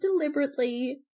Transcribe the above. deliberately